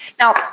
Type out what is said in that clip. Now